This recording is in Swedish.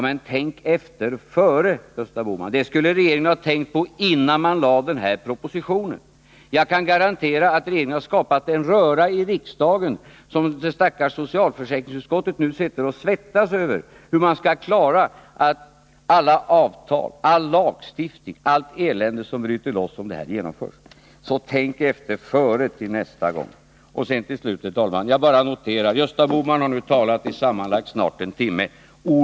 Men tänk efter före, Gösta Bohman! Det skulle ni ha tänkt på innan ni lade fram denna proposition! Jag kan garantera att regeringen har skapat en röra i riksdagen som det stackars socialförsäkringsutskottet nu sitter och svettas över — hur man skall klara alla avtal, all lagstiftning, allt elände som bryter löst om det här förslaget genomförs. Så tänk efter före nästa gång! Nr 29 Jag noterar till sist: Gösta Bohman har nu talat sammanlagt snart en Torsdagen den timme.